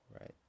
Right